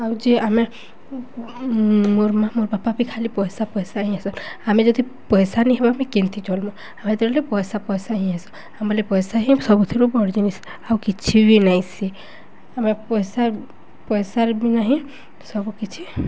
ଆଉ ଯେ ଆମେ ମୋର୍ ମା' ମୋର୍ ବାପା ବି ଖାଲି ପଏସା ପଏସା ହିଁ ହେସନ୍ ଆମେ ଯଦି ପଏସା ନେଇ ହେବା ଆମେ କେନ୍ତି ଚଲ୍ମୁ ଆମେ ଯେତେବେଲେ ପଏସା ପଏସା ହିଁ ହେସୁ ଆମର୍ ଲାଗି ପଏସା ହିଁ ସବୁଥିରୁ ବଡ଼୍ ଜିନିଷ୍ ଆଉ କିଛି ବି ନାଇଁସେ ଆମେ ପଏସା ପଏସାର ବିନା ହିଁ ସବୁ କିିଛି